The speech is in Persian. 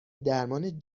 درمان